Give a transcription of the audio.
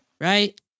Right